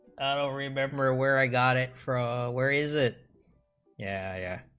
remember where i got it from where is it yeah